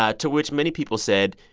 ah to which many people said,